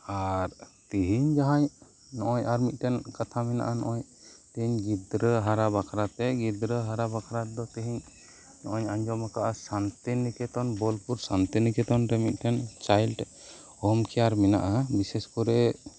ᱟᱨ ᱛᱮᱹᱦᱮᱹᱧ ᱡᱟᱦᱟᱸᱭ ᱱᱚᱜ ᱚᱭ ᱟᱨ ᱢᱤᱫ ᱴᱮᱱ ᱠᱟᱛᱷᱟ ᱢᱮᱱᱟᱜᱼᱟ ᱡᱮ ᱜᱤᱫᱽᱨᱟᱹ ᱦᱟᱨᱟ ᱵᱟᱠᱷᱨᱟᱛᱮ ᱜᱤᱫᱽᱨᱟᱹ ᱦᱟᱨᱟ ᱵᱟᱠᱷᱨᱟᱛᱮ ᱛᱮᱹᱦᱮᱹᱧ ᱟᱸᱡᱚᱢ ᱟᱠᱟᱫᱟ ᱥᱟᱱᱛᱤᱱᱤᱠᱮᱛᱚᱱ ᱵᱳᱞᱯᱩᱨ ᱥᱟᱱᱛᱤᱱᱤᱠᱮᱛᱚᱱ ᱨᱮ ᱢᱤᱫ ᱴᱮᱱ ᱪᱟᱭᱤᱞᱰ ᱦᱳᱢ ᱠᱮᱭᱟᱨ ᱢᱮᱱᱟᱜᱼᱟ ᱵᱤᱥᱮᱥ ᱠᱚᱨᱮ